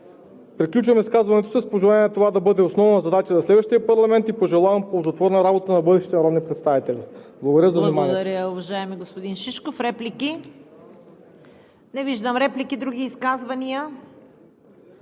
Приключвам изказването си с пожелание това да бъде основна задача на следващия парламент и пожелавам ползотворна работа на бъдещите народни представители. Благодаря за вниманието.